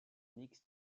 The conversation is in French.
mixte